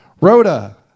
Rhoda